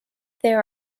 there